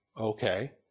Okay